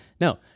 No